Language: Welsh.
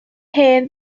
hen